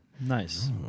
Nice